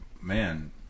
man